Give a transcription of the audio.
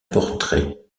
portrait